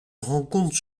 rencontre